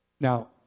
Now